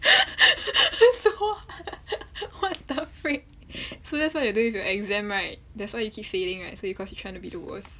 what the freak so that's what you're doing with your exam right that's why you keep failing right because you trying to be the worst